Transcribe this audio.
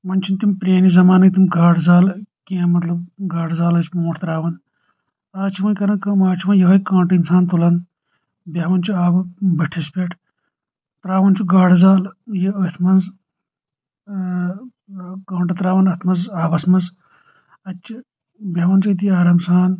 وۄنۍ چھِنہٕ تِم پرٲنہِ زمانٕکۍ تِم گاڈٕ زال کینٛہہ مطلب گاڈٕ زال ٲسۍ بونٛٹھ تراوان آز چھِ وۄنۍ کرن کٲم آز چھُ وۄنۍ یہے کٲنٛٹہٕ انسان تُلان بہوان چھُ آبہٕ بٔٹھس پٮ۪ٹھ تراوان چھُ گاڈٕ زال یہِ أتھۍ منٛز کٲنٛٹہٕ تراوان اتھ منٛز آبس منٛز اتہِ چہِ بیہوان چھُ أتی آرام سان